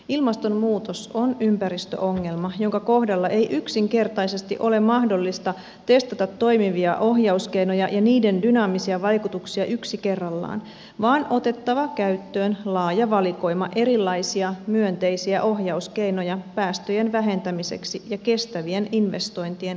ilmastonmuutos on ympäristöongelma jonka kohdalla ei yksinkertaisesti ole mahdollista testata toimivia ohjauskeinoja ja niiden dynaamisia vaikutuksia yksi kerrallaan vaan on otettava käyttöön laaja valikoima erilaisia myönteisiä ohjauskeinoja päästöjen vähentämiseksi ja kestävien investointien tukemiseksi